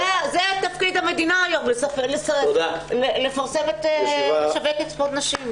זה תפקיד המדינה היום, לשווק את ספורט הנשים.